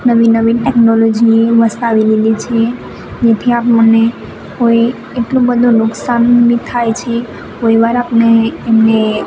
નવી ટેકનોલોજી વસાવી લીધી છે ને ત્યાં મને કોઈ એટલો બધો નુકશાન બી થાય છે કોઈવાર આપણે એમને